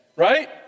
right